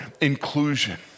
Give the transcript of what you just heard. inclusion